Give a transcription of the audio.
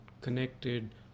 connected